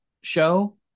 show